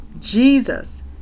Jesus